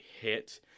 hit